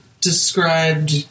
described